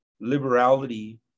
liberality